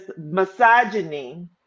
misogyny